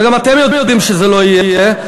וגם אתם יודעים שזה לא יהיה.